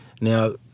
Now